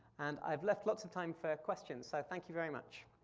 and i've left lots of time for questions, so thank you very much.